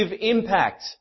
impact